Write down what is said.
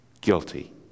guilty